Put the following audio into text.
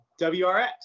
WRX